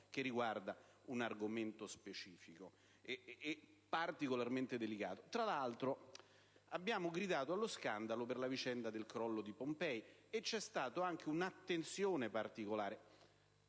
quale riguarda un argomento specifico e particolarmente delicato. Tra l'altro, abbiamo gridato allo scandalo per la vicenda del crollo di Pompei e quindi è stata prestata anche un'attenzione particolare